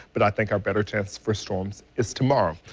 but i think our better chances for storms is tomorrow.